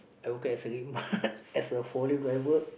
I working as a Redmart as a forklift driver